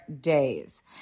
days